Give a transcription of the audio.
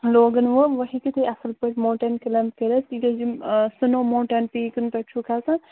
لوگُن وول وۅنۍ ہیٚکِو تُہۍ اَصٕل پٲٹھۍ ماوٹین کٕلینٛمب کٔرِتھ تِکیٛازِ یِم آ سُنو ماوٹین پیٖکَن پٮ۪ٹھ چھُو کھسُن